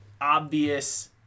obvious